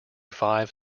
five